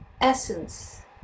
essence